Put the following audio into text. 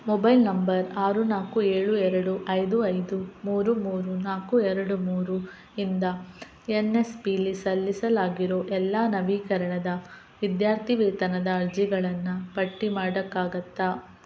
mobile number ಆರು ನಾಲ್ಕು ಏಳು ಎರಡು ಐದು ಐದು ಮೂರು ಮೂರು ನಾಲ್ಕು ಎರಡು ಮೂರು ಇಂದ ಎನ್ ಎಸ್ ಪಿಲಿ ಸಲ್ಲಿಸಲಾಗಿರೋ ಎಲ್ಲಾ ನವೀಕರಣದ ವಿದ್ಯಾರ್ಥಿವೇತನದ ಅರ್ಜಿಗಳನ್ನು ಪಟ್ಟಿ ಮಾಡಕ್ಕಾಗುತ್ತಾ